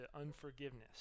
unforgiveness